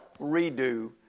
redo